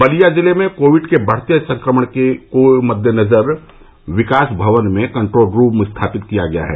बलिया जिले में कोविड के बढ़ते संक्रमण को देखते हुए विकास भवन में कंट्रोल रूम स्थापित किया गया है